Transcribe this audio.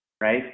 right